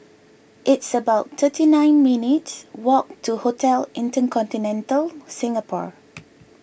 it's about thirty nine minutes walk to Hotel Inter Continental Singapore